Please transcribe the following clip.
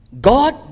God